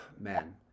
man